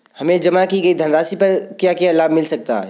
हमें जमा की गई धनराशि पर क्या क्या लाभ मिल सकता है?